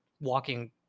walking